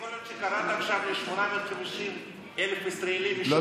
יכול להיות שקראת עכשיו ל-850,000 ישראלים משובטים?